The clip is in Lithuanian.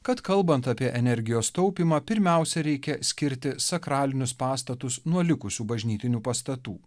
kad kalbant apie energijos taupymą pirmiausia reikia skirti sakralinius pastatus nuo likusių bažnytinių pastatų